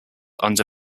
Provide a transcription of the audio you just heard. under